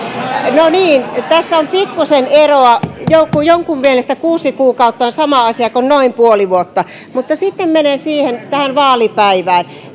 no niin tässä on pikkuisen eroa jonkun jonkun mielestä kuusi kuukautta on sama asia kuin noin puoli vuotta mutta sitten menen tähän vaalipäivään